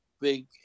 big